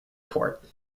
port